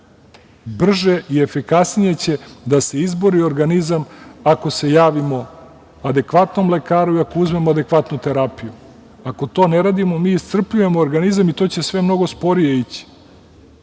Brže i efikasnije će da se izbori organizam ako se javimo adekvatnom lekaru i ako uzmemo adekvatnu terapiju. Ako to ne radimo, mi iscrpljujemo organizam i to će sve mnogo sporije ići.